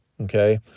okay